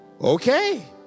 Okay